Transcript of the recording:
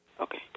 Okay